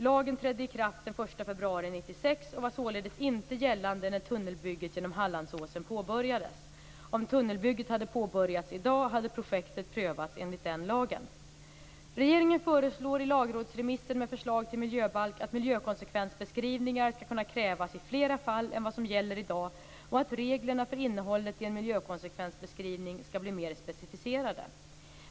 Lagen trädde i kraft den 1 februari 1996 och var således inte gällande när tunnelbygget genom Hallandsåsen påbörjades. Om tunnelbygget hade påbörjats i dag hade projektet prövats enligt den lagen. Regeringen föreslår i lagrådsremissen med förslag till miljöbalk att miljökonsekvensbeskrivningar skall kunna krävas i flera fall än vad som gäller i dag och att reglerna för innehållet i en miljökonsekvensbeskrivning skall bli mer specificerade.